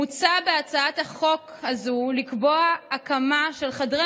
מוצע בהצעת החוק הזו לקבוע הקמה של חדרי